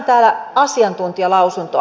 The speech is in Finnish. lainaan asiantuntijalausuntoa